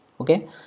okay